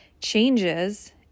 changes